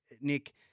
Nick